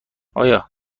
آیا